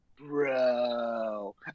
Bro